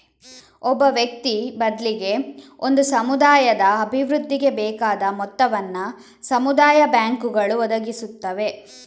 ಒಬ್ಬ ವ್ಯಕ್ತಿ ಬದ್ಲಿಗೆ ಒಂದು ಸಮುದಾಯದ ಅಭಿವೃದ್ಧಿಗೆ ಬೇಕಾದ ಮೊತ್ತವನ್ನ ಸಮುದಾಯ ಬ್ಯಾಂಕುಗಳು ಒದಗಿಸುತ್ತವೆ